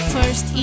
First